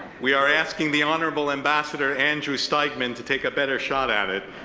we are asking the honorable ambassador andrew steigmann to take a better shot at it,